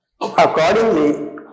Accordingly